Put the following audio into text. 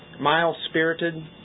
mild-spirited